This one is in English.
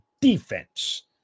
defense